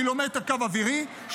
קילומטר בקו אווירי,